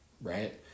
right